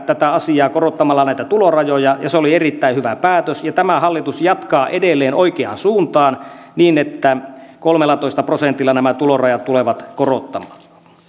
tätä asiaa korottamalla näitä tulorajoja se oli erittäin hyvä päätös ja tämä hallitus jatkaa edelleen oikeaan suuntaan niin että kolmellatoista prosentilla nämä tulorajat tulevat korottumaan